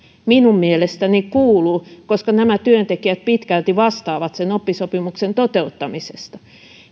minun mielestäni kuuluu koska nämä työntekijät pitkälti vastaavat sen oppisopimuksen toteuttamisesta